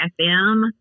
FM